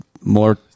more